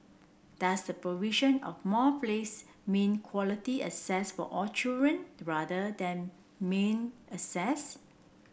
does the provision of more place mean quality access for all children rather than mere access